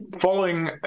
following